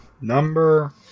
Number